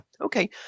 Okay